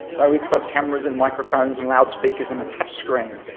so it's got cameras and microphones and loudspeakers and a touchscreen.